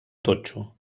totxo